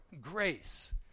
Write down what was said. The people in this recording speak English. grace